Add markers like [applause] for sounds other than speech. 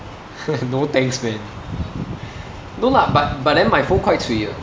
[laughs] no thanks man no lah but but then my phone quite cui ah